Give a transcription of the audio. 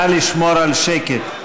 נא לשמור על שקט.